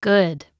Good